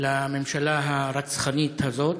לממשלה הרצחנית הזאת.